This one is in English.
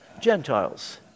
Gentiles